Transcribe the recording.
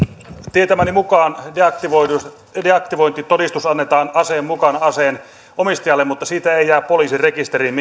tietämäni mukaan deaktivointitodistus annetaan aseen mukana aseen omistajalle mutta siitä ei jää poliisin rekisteriin